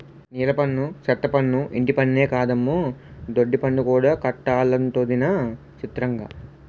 నీలపన్ను, సెత్తపన్ను, ఇంటిపన్నే కాదమ్మో దొడ్డిపన్ను కూడా కట్టాలటొదినా సిత్రంగా